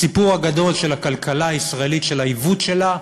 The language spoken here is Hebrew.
הסיפור הגדול של הכלכלה הישראלית, של העיוות שלה,